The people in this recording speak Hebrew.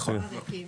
לא הריקים.